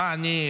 מה אני,